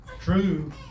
true